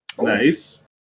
Nice